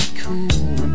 cool